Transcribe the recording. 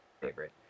favorite